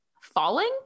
falling